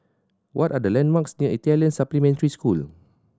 what are the landmarks near Italian Supplementary School